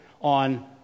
on